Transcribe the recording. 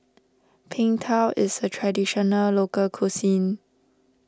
Png Tao is a Traditional Local Cuisine